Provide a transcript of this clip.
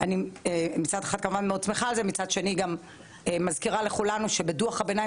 ואני מצד אחד מאוד שמחה על זה ומצד שני מזכירה לכולנו שבדו"ח הביניים